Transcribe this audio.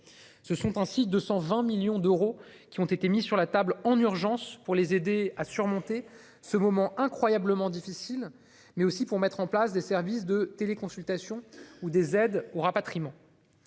Ce sont ainsi 220 millions d'euros qui ont été mis sur la table en urgence pour les aider à surmonter ce moment incroyablement difficile, mais aussi pour mettre en place des services de téléconsultation ou des aides au rapatriement.